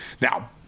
Now